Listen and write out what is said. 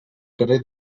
carrer